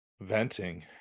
venting